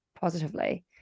positively